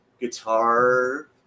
guitar